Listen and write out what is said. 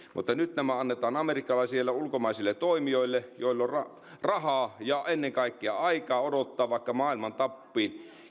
mutta nyt nämä annetaan amerikkalaisille ja ulkomaisille toimijoille joilla on rahaa ja ennen kaikkea aikaa odottaa vaikka maailman tappiin